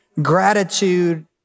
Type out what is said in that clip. gratitude